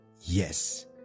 Yes